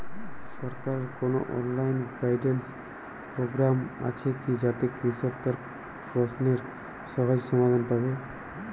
সরকারের কোনো online guidance programme আছে কি যাতে কৃষক তার প্রশ্নের সহজ সমাধান পাবে?